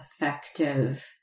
effective